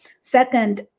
Second